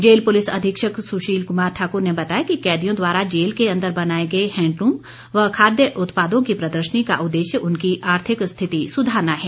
jail पुलिस अधीक्षक सुशील कुमार ठाकुर ने बताया कि कैदियों द्वारा जेल के अंदर बनाए गए हैंडलूम व खाद्य उत्पादों की प्रदर्शनी का उद्देश्य उनकी आर्थिक स्थिति सुधारना है